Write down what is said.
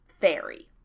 fairy